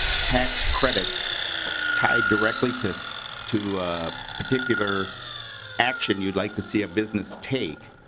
tax credits tied directly to so to particular action you like to see a business take